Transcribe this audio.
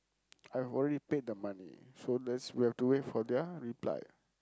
I've already paid the money so there's we have to wait for their reply